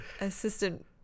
assistant